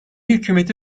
hükümeti